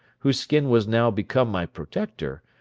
whose skin was now become my protector,